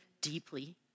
deeply